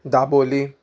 Dabolim